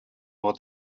more